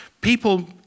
People